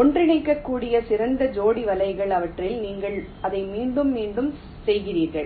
ஒன்றிணைக்கக்கூடிய சிறந்த ஜோடி வலைகள் அவற்றில் நீங்கள் இதை மீண்டும் மீண்டும் செய்கிறீர்கள்